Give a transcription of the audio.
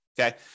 Okay